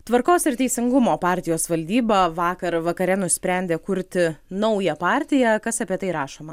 tvarkos ir teisingumo partijos valdyba vakar vakare nusprendė kurti naują partiją kas apie tai rašoma